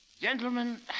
Gentlemen